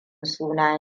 suna